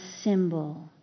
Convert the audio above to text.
symbol